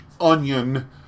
onion